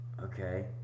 Okay